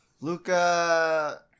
Luca